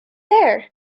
there